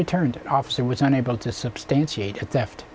returned officer was unable to substantiate